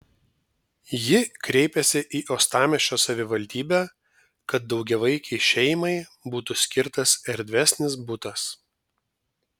ji kreipėsi į uostamiesčio savivaldybę kad daugiavaikei šeimai būtų skirtas erdvesnis butas